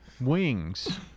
Wings